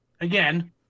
again